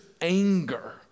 anger